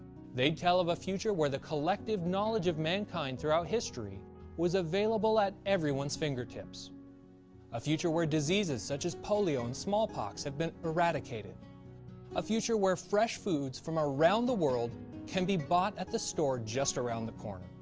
they'd tell of a future where the collective knowledge of mankind throughout history was available at everyone's fingertips a future where diseases such as polio and small-pox have been eradicated a future where fresh foods from around the world can be bought at the store just around the corner.